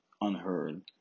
unheard